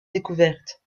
découvertes